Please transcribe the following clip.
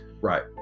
Right